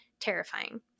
terrifying